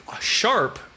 Sharp